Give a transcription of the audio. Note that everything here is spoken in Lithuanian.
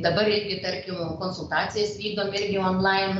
dabar tarkim konsultacijas vykdom irgi online